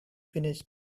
finished